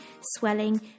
swelling